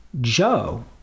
Joe